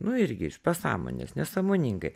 nu irgi iš pasąmonės nesąmoningai